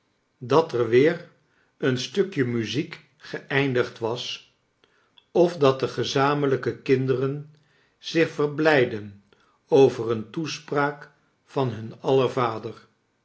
dat er weer een stukje muziek geeindigd was of dat de gezamenlijke kinder en zich verblijdden over een toespraak van hun